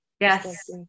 Yes